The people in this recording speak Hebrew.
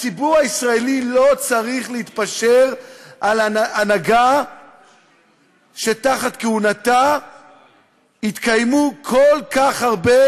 הציבור הישראלי לא צריך להתפשר על הנהגה שתחת כהונתה התקיימו כל כך הרבה